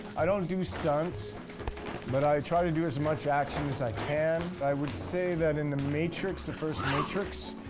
i don't do stunts but i try to do as much action as i can. i would say that in the matrix, the first matrix,